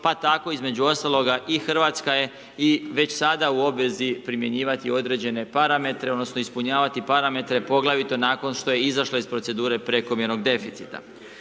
pa tako između ostaloga i Hrvatska je i već sada u obvezi primjenjivati određene parametre, odnosno, ispunjavati parametre poglavito nakon što je izašla iz procedure prekomjernog deficita.